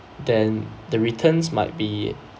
then the returns might be